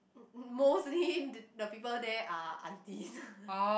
mostly the the people there are aunties